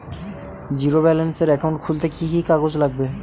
Zero ব্যালেন্সের account খুলতে কি কি কাগজ লাগবে?